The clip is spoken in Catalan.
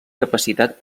capacitat